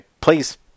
please